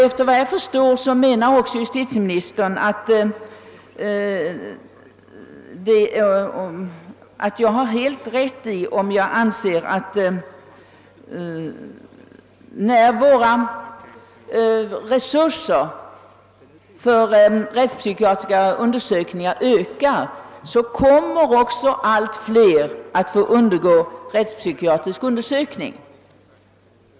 Efter vad jag förstår, menar justitieministern, att jag har helt rätt, om jag anser, att när våra resurser för rättspsykiatriska undersökningar ökar, kommer också allt fler att få undergå sådana undersökningar.